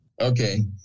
Okay